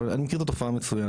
אבל אני מכיר את התופעה מצוין.